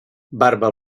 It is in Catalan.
barba